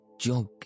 jog